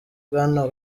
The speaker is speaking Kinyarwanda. bwana